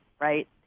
right